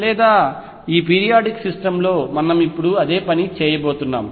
లేదా ఈ periodic system లో మనం ఇప్పుడు అదే పని చేయబోతున్నాం